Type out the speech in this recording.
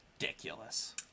ridiculous